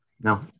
No